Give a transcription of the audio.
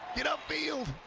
get up field,